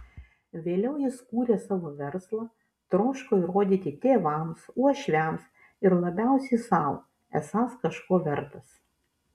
vėliau jis kūrė savo verslą troško įrodyti tėvams uošviams ir labiausiai sau esąs kažko vertas